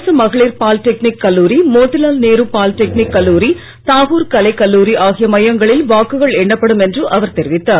அரசு மகளிர் பாலிடெக்னிக் கல்லூரி மோதிலால் நேரு பாலிடெக்னிக் கல்லூரி தாகூர் கலைக் கல்லூரி ஆகிய மையங்களில் வாக்குகள் எண்ணப்படும் என்று அவர் தெரிவித்தார்